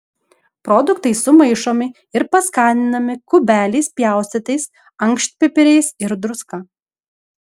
produktai sumaišomi ir paskaninami kubeliais pjaustytais ankštpipiriais ir druska